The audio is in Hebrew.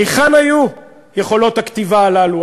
היכן היו יכולות הכתיבה הללו?